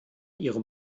ihrem